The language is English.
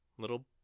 little